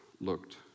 looked